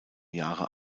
jahre